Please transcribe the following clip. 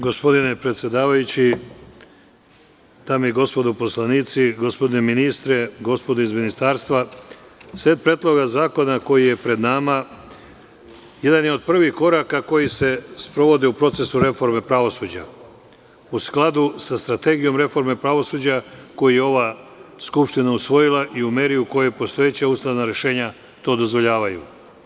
Gospodine predsedavajući, dame i gospodo poslanici, gospodine ministre, gospodo iz Ministarstva, set predloga zakona koji je pred nama jedan je od prvih koraka koji se sprovode u procesu reforme pravosuđa, u skladu sa Strategijom reforme pravosuđa, koju je ova Skupština usvojila i u meri u kojoj postojeća ustavna rešenja to dozvoljavaju.